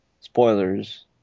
Spoilers